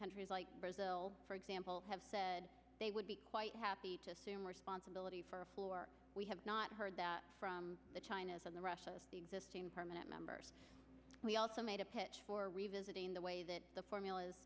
countries like brazil for example have said they would be quite happy to assume responsibility for a floor we have not heard from the china's on the russia the existing permanent members we also made a pitch for revisiting the way that the formula